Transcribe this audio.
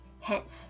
Hence